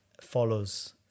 follows